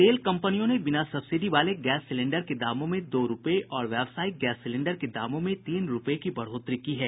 तेल कंपनियों ने बिना सब्सिडी वाले गैस सिलेंडर के दामों में दो रूपये और व्यावसायिक गैस सिलेंडर के दामों में तीन रूपये की बढ़ोतरी की है